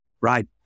right